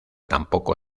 tampoco